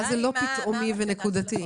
היא לא משהו פתאומי ונקודתי.